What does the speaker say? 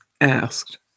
asked